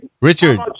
Richard